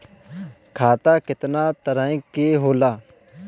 खाता केतना तरह के होला?